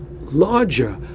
larger